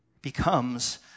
Becomes